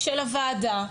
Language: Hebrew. של הוועדה,